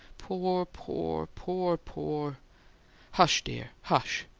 poor, poor, poor, poor hush, dear, hush!